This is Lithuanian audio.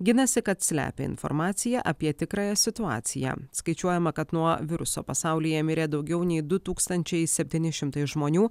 ginasi kad slepia informaciją apie tikrąją situaciją skaičiuojama kad nuo viruso pasaulyje mirė daugiau nei du tūkstančiai septyni šimtai žmonių